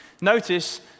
Notice